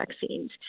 vaccines